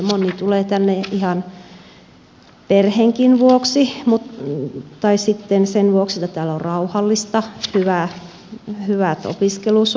moni tulee tänne ihan perheenkin vuoksi tai sitten sen vuoksi että täällä on rauhallista hyvät opiskeluolosuhteet